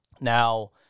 Now